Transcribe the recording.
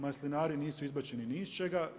Maslinari nisu izbačeni ni iz čega.